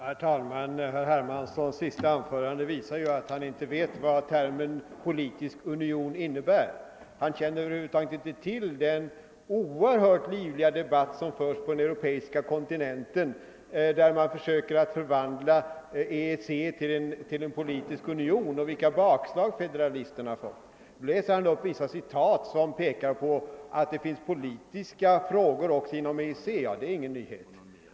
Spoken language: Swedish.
Herr talman! Herr Hermanssons senaste anförande visar att han inte vet vad termen »politisk union» innebär. Han känner över huvud taget inte till den oerhört livliga debatt som förs på den europeiska kontinenten, i vilken man argumenterar för att förvandia EEC till en politisk union och där federalisterna fått mycket stora bakslag. Nu läser herr Hermansson upp vissa citat som pekar på att det finns politiska frågor också inom EEC. Det är inget nyhet.